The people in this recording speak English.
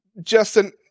Justin